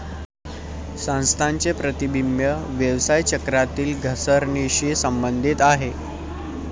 संस्थांचे प्रतिबिंब व्यवसाय चक्रातील घसरणीशी संबंधित आहे